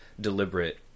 deliberate